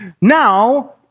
Now